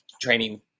training